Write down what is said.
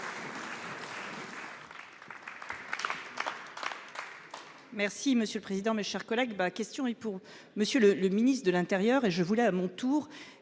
Merci monsieur le président, mes chers collègues, ma question et pour Monsieur le le ministre de l'Intérieur et je voulais à mon tour